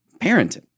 parenting